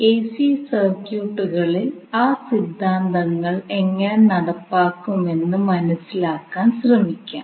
AC സർക്യൂട്ടുകളിൽ ആ സിദ്ധാന്തങ്ങൾ എങ്ങനെ നടപ്പാക്കുമെന്ന് മനസിലാക്കാൻ ശ്രമിക്കാം